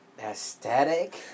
Aesthetic